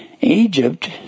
Egypt